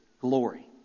glory